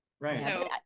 Right